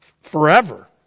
forever